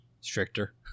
stricter